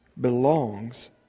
belongs